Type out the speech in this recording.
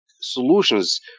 solutions